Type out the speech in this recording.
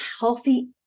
healthy